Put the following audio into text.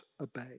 obey